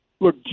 Look